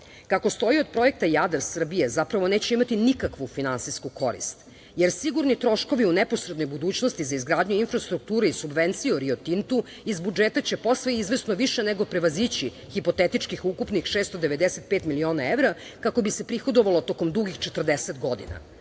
Kako stoji od projekta Jadar, Srbija neće imati nikakvu finansijsku korist, jer sigurni troškovi u neposrednoj budućnosti za izgradnju infrastrukture i subvenciju Rio Tintu, iz budžeta će posle izvesno više nego prevazići hipotetičkih ukupnih 695 miliona evra, kako bi se prihodovalo tokom dugih 40 godina. Na